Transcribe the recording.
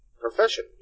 profession